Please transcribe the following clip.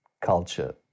culture